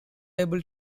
able